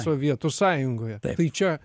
sovietų sąjungoje tai čia